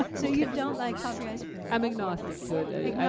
um so you don't like coffee ice cream. i'm agnostic to it.